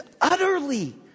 utterly